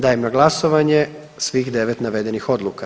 Dajem na glasovanje svih 9 navedenih odluka.